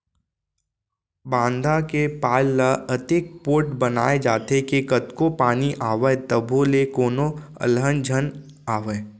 बांधा के पार ल अतेक पोठ बनाए जाथे के कतको पानी आवय तभो ले कोनो अलहन झन आवय